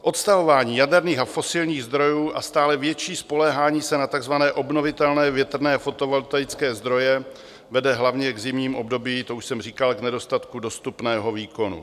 Odstavování jaderných a fosilních zdrojů, stále větší spoléhání se na takzvané obnovitelné větrné fotovoltaické zdroje vede hlavně v zimním období, to už jsem říkal, k nedostatku dostupného výkonu.